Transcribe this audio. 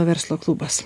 verslo klubas